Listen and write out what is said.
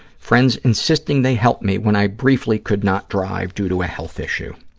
friends insisting they help me when i briefly could not drive due to a health issue.